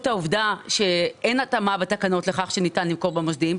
העובדה שאין התאמה בתקנות לכך שניתן למכור במוסדיים,